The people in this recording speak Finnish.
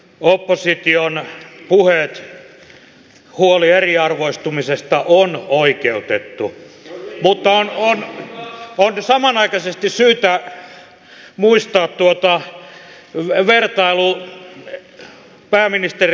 opposition huoli eriarvoistumisesta on oikeutettu mutta on samanaikaisesti syytä muistaa vertailu pääministeri lipposen hallituksiin